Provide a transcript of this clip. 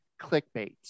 Clickbait